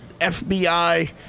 FBI